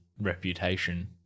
reputation